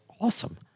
awesome